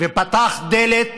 ופותח דלת